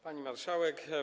Pani Marszałek!